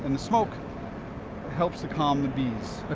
and the smoke helps to calm the bees. ah